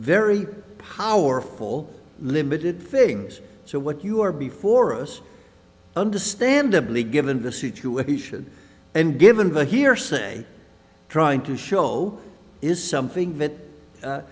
very powerful limited things so what you are before us understandably given the situation and given the hearsay trying to show is something that